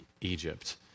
Egypt